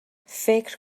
فکر